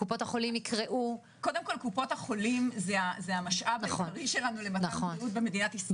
קופות החולים זה המשאב העיקרי שלנו למתן בריאות במדינת ישראל.